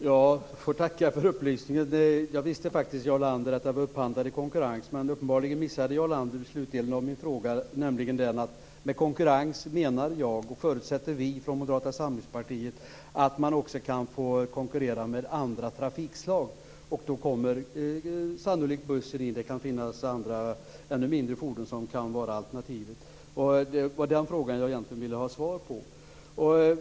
Herr talman! Jag får tacka för upplysningen, men jag visste att den trafiken var upphandlad i konkurrens. Uppenbarligen missade Jarl Lander det jag sade i slutet av min fråga, nämligen att jag menar, och vi i Moderata samlingspartiet förutsätter, att konkurrens betyder att man också får konkurrera med andra trafikslag. Då kommer sannolikt bussen in, men det kan finnas andra, ännu mindre fordon som kan vara alternativet. Det var den frågan som jag egentligen ville ha svar på.